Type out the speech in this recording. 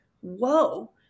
whoa